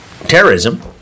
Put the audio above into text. terrorism